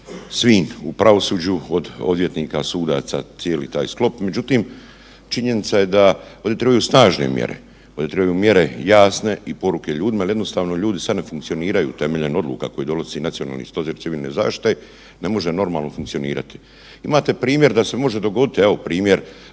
svim u pravosuđu od odvjetnika, sudaca cijeli taj sklop, međutim činjenica je da ovdje trebaju snažne mjere, ovdje trebaju jasne i poruke ljudima da jednostavno sada ljudi ne funkcioniraju temeljem odluka koje donosi Nacionalni stožer civilne zaštite ne može normalno funkcionirati. Imate primjer da se može dogoditi, evo primjer